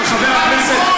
של חבר הכנסת,